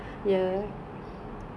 I'm the first at the best